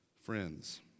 friends